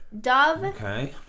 Dove